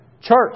Church